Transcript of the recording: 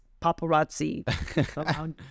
paparazzi